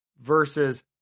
versus